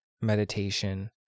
meditation